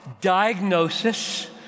diagnosis